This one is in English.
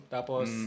Tapos